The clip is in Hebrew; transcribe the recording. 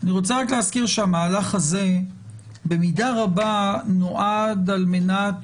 אני רוצה רק להזכיר שהמהלך הזה במידה רבה נועד על מנת